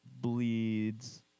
bleeds